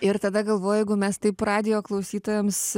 ir tada galvoju jeigu mes taip radijo klausytojams